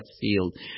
field